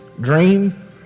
dream